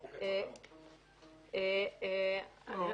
או חוקי הצרכנות.